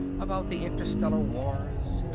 about the interstellar wars,